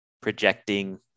projecting